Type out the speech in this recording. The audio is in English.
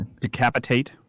decapitate